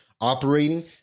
operating